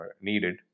needed